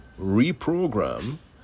reprogram